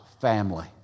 family